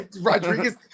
Rodriguez